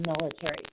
military